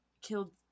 killed